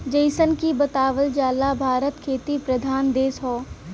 जइसन की बतावल जाला भारत खेती प्रधान देश हौ